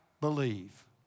believe